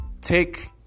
take